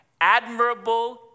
admirable